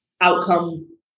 outcome